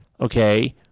okay